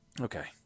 okay